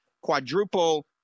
quadruple